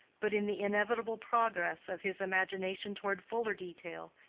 but in the inevitable progress of his imagination toward fuller detail,